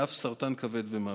ואף לסרטן כבד ולמוות.